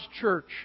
church